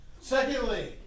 Secondly